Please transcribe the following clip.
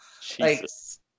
Jesus